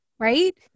right